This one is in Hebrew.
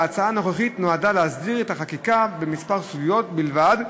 וההצעה הנוכחית נועדה להסדיר את החקיקה בכמה סוגיות בלבד,